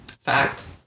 Fact